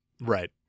Right